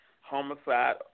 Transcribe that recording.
homicide